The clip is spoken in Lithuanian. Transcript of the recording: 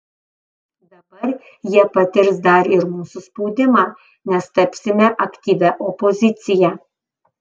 dabar jie patirs dar ir mūsų spaudimą nes tapsime aktyvia opozicija